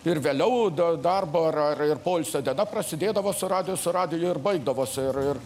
ir vėliau da darbo ar ir poilsio diena prasidėdavo su radiju su radiju ir baigdavosi ir ir